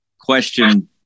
question